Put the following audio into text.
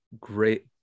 great